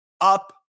up